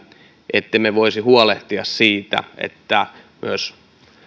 ettemme voisi huolehtia siitä että myös